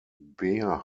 bear